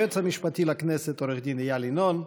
היועץ המשפטי לכנסת עו"ד איל ינון,